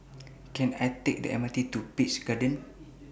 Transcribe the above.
Can I Take The M R T to Peach Garden